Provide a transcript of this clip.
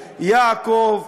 יעקב,